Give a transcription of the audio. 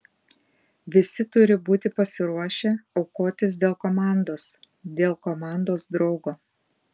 visi turi būti pasiruošę aukotis dėl komandos dėl komandos draugo